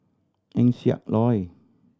Eng Siak Loy